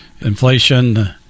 inflation